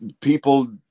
people